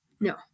no